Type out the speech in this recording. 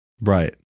Right